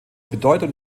bedeutung